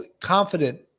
confident